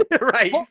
Right